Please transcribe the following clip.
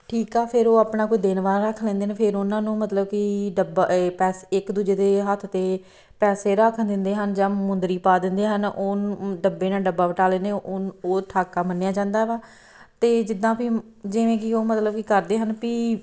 ਠੀਕ ਆ ਫਿਰ ਉਹ ਆਪਣਾ ਕੋਈ ਦਿਨ ਵਾਰ ਰੱਖ ਲੈਂਦੇ ਨੇ ਫਿਰ ਉਹਨਾਂ ਨੂੰ ਮਤਲਬ ਕਿ ਡੱਬਾ ਪੈਸਾ ਇੱਕ ਦੂਜੇ ਦੇ ਹੱਥ 'ਤੇ ਪੈਸੇ ਰੱਖ ਦਿੰਦੇ ਹਨ ਜਾਂ ਮੁੰਦਰੀ ਪਾ ਦਿੰਦੇ ਹਨ ਉਹਨੂੰ ਡੱਬੇ ਨਾਲ ਡੱਬਾ ਵਟਾ ਲੈਂਦੇ ਉਹਨ ਉਹ ਠਾਕਾ ਮੰਨਿਆ ਜਾਂਦਾ ਵਾ ਅਤੇ ਜਿੱਦਾਂ ਵੀ ਜਿਵੇਂ ਕਿ ਉਹ ਮਤਲਬ ਕਿ ਕਰਦੇ ਹਨ ਵੀ